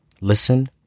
Listen